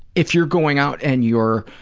if you're going out and you're,